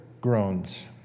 groans